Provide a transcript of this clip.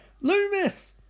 Loomis